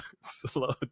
slow